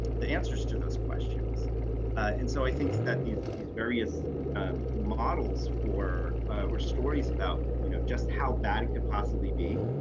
the answers to those questions and so i think that these these various models for or stories about you know just how bad it could possibly be,